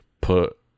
put